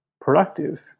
productive